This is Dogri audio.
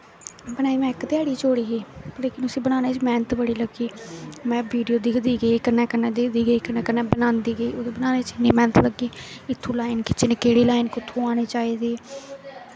बनाई में इक ध्याड़ी च छोड़ी ही लेकिन उसी बनाने च मैह्नत बड़ी लग्गी ही में वीडियो दिखदी गेई कन्नै कन्नै दिखदी गेई कन्नै बनांदी गेई ओह्दे बनाने च इन्नी मैह्नत लग्गी कूत्थूं लाईन खिच्चनी केह्ड़ी लाईन कुत्थुआं औनी चाहिदी